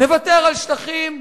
נוותר על שטחים.